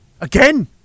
Again